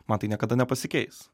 man tai niekada nepasikeis